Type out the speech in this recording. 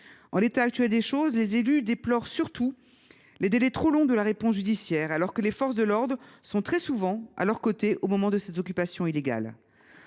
En l’état actuel des choses, les élus déplorent surtout les délais trop longs de la réponse judiciaire, alors que les forces de l’ordre sont très souvent à leurs côtés au moment de ces occupations illégales.